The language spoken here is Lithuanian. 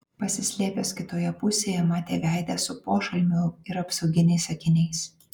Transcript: pasislėpęs kitoje pusėje matė veidą su pošalmiu ir apsauginiais akiniais